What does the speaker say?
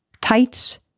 tights